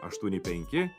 aštuoni penki